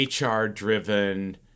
HR-driven